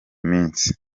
minsi